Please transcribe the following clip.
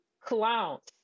clowns